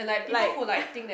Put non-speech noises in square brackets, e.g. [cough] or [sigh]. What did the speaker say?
like [noise]